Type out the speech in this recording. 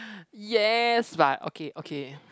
yes but okay okay